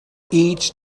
each